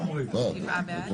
להצבעה.